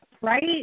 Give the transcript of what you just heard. right